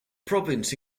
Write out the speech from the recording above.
province